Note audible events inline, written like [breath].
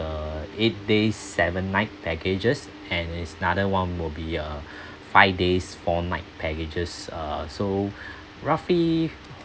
the eight days seven night packages and is another one will be uh [breath] five days four night packages uh so [breath] roughly